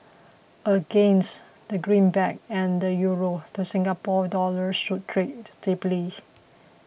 against the greenback and the Euro the Singapore Dollar should trade stably